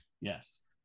yes